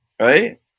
right